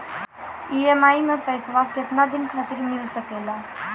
EMI मैं पैसवा केतना दिन खातिर मिल सके ला?